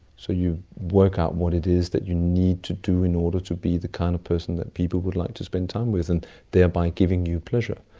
so you work out what it is that you need to do in order to be the kind of person that people would like to spend time with, and thereby giving you pleasure.